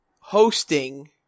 hosting